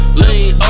lean